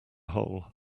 hole